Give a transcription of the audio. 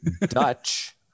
Dutch